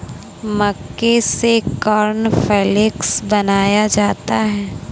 मक्के से कॉर्नफ़्लेक्स बनाया जाता है